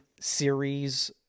Series